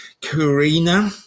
Karina